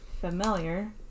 familiar